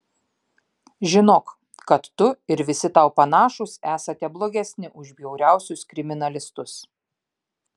žinok kad tu ir visi tau panašūs esate blogesni už bjauriausius kriminalistus